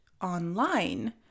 online